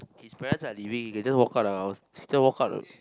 his parents are leaving you can just walk out the house sister walk out